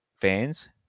fans